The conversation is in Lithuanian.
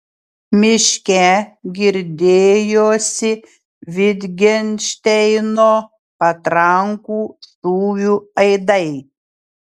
miške girdėjosi vitgenšteino patrankų šūvių aidai